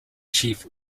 chief